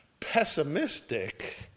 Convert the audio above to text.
pessimistic